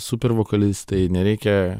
super vokalistai nereikia